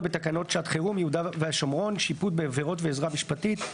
בתקנות שעת חירום (יהודה והשומרון שיפוט בעבירות ועזרה משפטית),